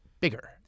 bigger